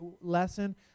lesson